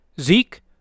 Zeke